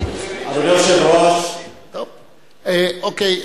אדוני היושב-ראש, אוקיי.